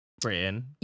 Britain